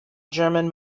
german